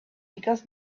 because